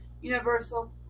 universal